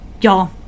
y'all